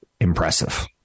Impressive